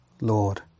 Lord